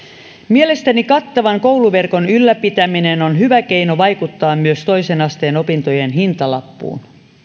mielestäni kattavan kouluverkon ylläpitäminen on on hyvä keino vaikuttaa myös toisen asteen opintojen hintalappuun